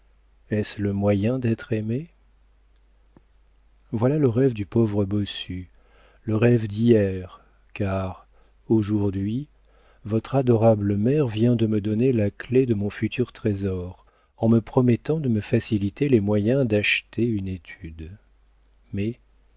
le moyen d'être aimé voilà le rêve du pauvre bossu le rêve d'hier car aujourd'hui votre adorable mère vient de me donner la clef de mon futur trésor en me promettant de me faciliter les moyens d'acheter une étude mais